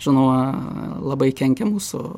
žinoma labai kenkia mūsų